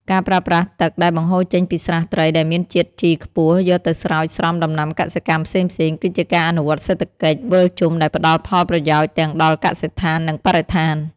ការប្រើប្រាស់ទឹកដែលបង្ហូរចេញពីស្រះត្រីដែលមានជាតិជីខ្ពស់ យកទៅស្រោចស្រពដំណាំកសិកម្មផ្សេងៗ គឺជាការអនុវត្តសេដ្ឋកិច្ចវិលជុំដែលផ្ដល់ផលប្រយោជន៍ទាំងដល់កសិដ្ឋាន និងបរិស្ថាន។